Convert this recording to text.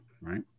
right